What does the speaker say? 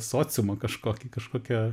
sociumą kažkokį kažkokia